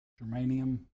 germanium